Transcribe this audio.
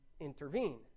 intervene